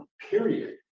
period